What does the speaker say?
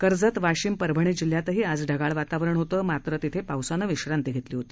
कर्जत वाशिम परभणी जिल्ह्यातही आज ढगाळ वातावरण होतं मात्र पावसानं विश्रांती घेतली होती